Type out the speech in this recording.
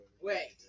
wait